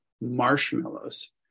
marshmallows